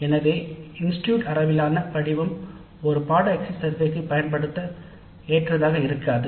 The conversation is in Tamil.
எனவே கல்லூரியின் அனுமதியுடன் ஆசிரியர்களே அவர்கள் பாடத்திட்டத்தின் எக்ஸிட் சர்வே படிமத்தின் கேள்விகளை சுயமாக தயாரிப்பது மென்மையாகும்